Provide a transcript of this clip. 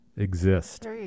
exist